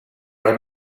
are